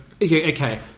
Okay